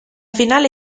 finale